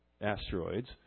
asteroids